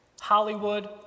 Hollywood